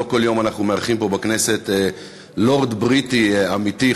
לא כל יום אנחנו מארחים פה בכנסת לורד בריטי אמיתי,